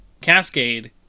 Cascade